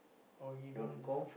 or he don't